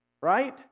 Right